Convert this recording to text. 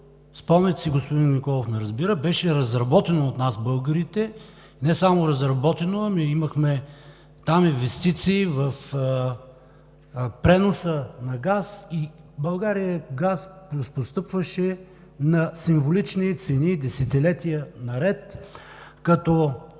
спомняте си, господин Николов ме разбира, беше разработено от нас, българите. Не само разработено, но и имахме там инвестиции в преноса на газ. В България газ постъпваше на символични цени десетилетия наред. По